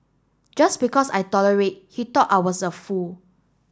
just because I tolerate he thought I was a fool